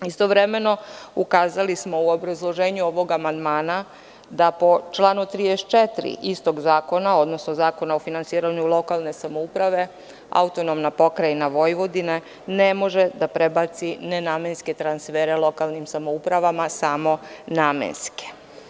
Istovremeno ukazali smo u obrazloženju ovog amandmana da po članu 34. istog zakona, odnosno Zakona o finansiranju lokalne samoupraveAP Vojvodine ne može da prebaci nenamenske transfere lokalnim samoupravama samo namenske.